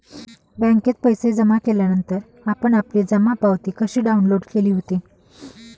बँकेत पैसे जमा केल्यानंतर आपण आपली जमा पावती कशी डाउनलोड केली होती?